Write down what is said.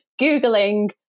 Googling